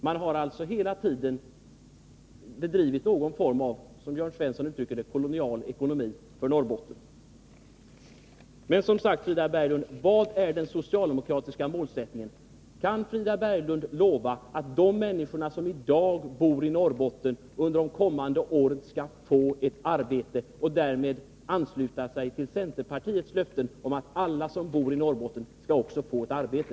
Man har hela tiden bedrivit, som Jörn Svensson uttrycker det, en form av kolonial ekonomi i fråga om Norrbotten. Men som sagt, Frida Berglund, vilken är den socialdemokratiska målsättningen? Kan Frida Berglund lova att de människor som i dag bor i Norrbotten under de kommande åren skall få ett arbete, dvs. att hon ansluter sig till centerpartiets löften om att alla i Norrbotten skall få ett arbete?